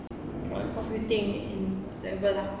my computing whatsoever lah